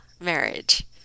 marriage